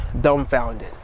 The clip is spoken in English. dumbfounded